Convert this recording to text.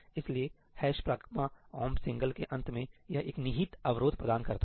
इसलिए ' pragma omp single pragma omp single' के अंत में यह एक निहित अवरोध प्रदान करता है